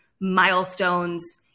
milestones